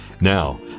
Now